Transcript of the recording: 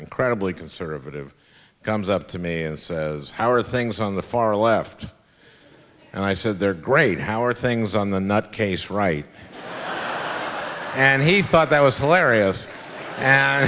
incredibly conservative comes up to me and says how are things on the far left and i said they're great how are things on the nut case right and he thought that was hilarious and